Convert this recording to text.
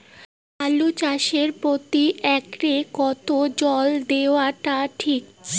আলু চাষে প্রতি একরে কতো জল দেওয়া টা ঠিক?